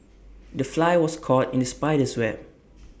the fly was caught in the spider's web